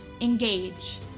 Engage